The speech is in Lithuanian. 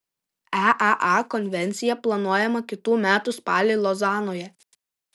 eaa konvencija planuojama kitų metų spalį lozanoje